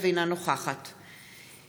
אינו נוכח מירי מרים רגב,